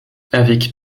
avec